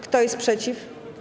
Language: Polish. Kto jest przeciw?